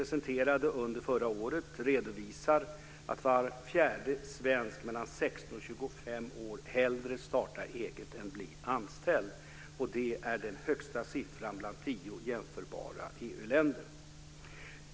16 och 25 år hellre startar eget än blir anställd. Det är den högsta siffran bland tio jämförbara EU-länder.